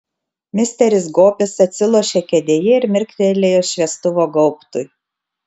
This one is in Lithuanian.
misteris gobis atsilošė kėdėje ir mirktelėjo šviestuvo gaubtui